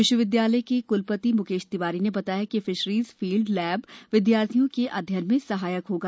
विश्वविद्यालय के क्लपति म्केश तिवारी ने बताया कि फिशरीज फील्ड लैब विद्यार्थियों के अध्ययन में सहायक होगी